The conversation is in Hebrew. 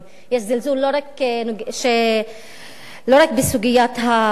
יש זלזול לא רק בסוגיית האלימות.